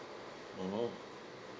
mmhmm